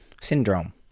Syndrome